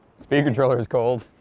speaker trailer is cold